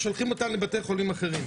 שולחים אותם לבתי חולים אחרים,